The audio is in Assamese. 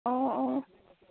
অঁ অঁ অঁ